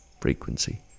frequency